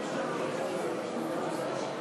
הרשויות המקומיות (בחירות)